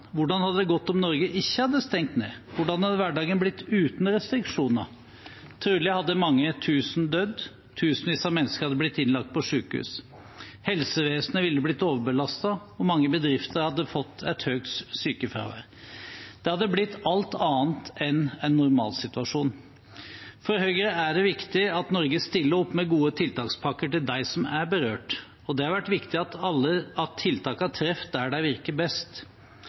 Hvordan hadde det gått om Norge ikke hadde stengt ned? Hvordan hadde hverdagen blitt uten restriksjoner? Trolig hadde mange tusen dødd, og tusenvis av mennesker hadde blitt innlagt på sykehus. Helsevesenet ville blitt overbelastet, og mange bedrifter hadde fått et høyt sykefravær. Det hadde blitt alt annet enn en normalsituasjon. For Høyre er det viktig at Norge stiller opp med gode tiltakspakker til dem som er berørt, og det har vært viktig at tiltakene treffer der de virker best.